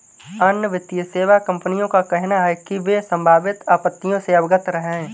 अन्य वित्तीय सेवा कंपनियों का कहना है कि वे संभावित आपत्तियों से अवगत हैं